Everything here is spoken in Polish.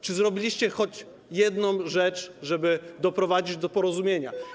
Czy zrobiliście choć jedną rzecz, żeby doprowadzić do porozumienia?